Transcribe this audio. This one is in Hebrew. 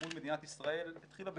מול מדינת ישראל התחילה,